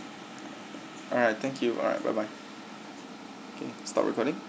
alright thank you alright bye bye okay stop recording